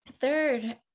Third